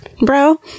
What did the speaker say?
bro